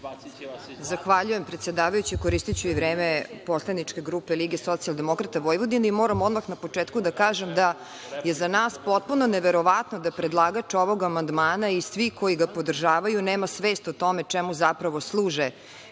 Zahvaljujem, predsedavajući. Koristiću i vreme poslaničke grupe LSV.Moram odmah na početku da kažem da je za nas potpuno neverovatno da predlagač ovog amandmana i svi koji ga podržavaju nema svest o tome čemu zapravo služe